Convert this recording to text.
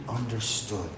understood